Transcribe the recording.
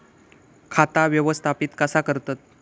खाता व्यवस्थापित कसा करतत?